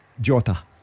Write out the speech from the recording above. Jota